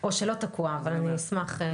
או שלא תקוע, אבל אני אשמח לשמוע.